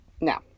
Now